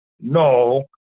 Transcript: no